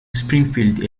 springfield